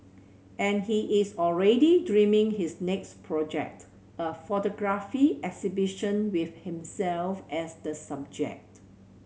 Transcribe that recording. and he is already dreaming his next project a photography exhibition with himself as the subject